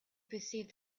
perceived